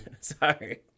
Sorry